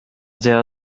sehr